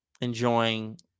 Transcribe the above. enjoying